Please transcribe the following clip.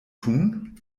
tun